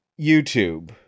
YouTube